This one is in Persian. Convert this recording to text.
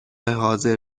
حاضر